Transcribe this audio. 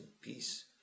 peace